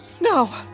No